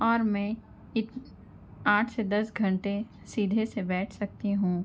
اور میں اک آٹھ سے دس گھنٹے سیدھے سے بیٹھ سکتی ہوں